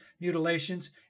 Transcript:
mutilations